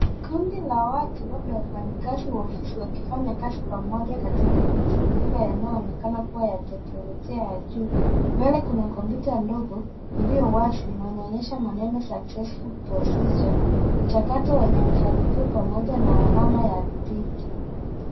Kundi la watu labda wafanyakazi wa ofisi wakifanya kazi pamoja katika mazingira yanaonekana kuwa ya teknolojia ya juu. Mbele kuna kompyuta ndogo iliyo wazi na inaonyesha maneno [cs ] successful procedure [cs ] mchakato wenye mafanikio pamoja na alama ya tiki.